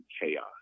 chaos